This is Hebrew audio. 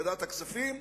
ועדת הכספים,